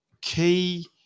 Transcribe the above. key